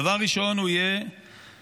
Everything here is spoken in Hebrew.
דבר ראשון הוא יהיה